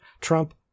Trump